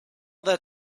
that